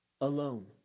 alone